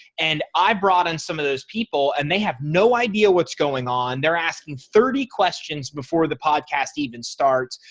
and i brought in some of those people and they have no idea what's going on. they're asking thirty questions before the podcast even starts.